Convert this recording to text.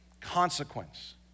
consequence